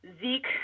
Zeke